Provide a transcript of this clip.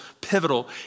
pivotal